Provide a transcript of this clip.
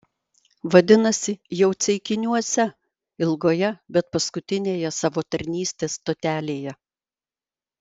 vadinasi jau ceikiniuose ilgoje bet paskutinėje savo tarnystės stotelėje